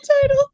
title